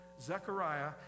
Zechariah